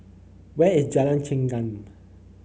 where is Jalan Chengam